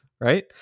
right